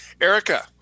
Erica